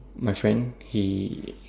my friend he